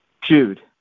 Jude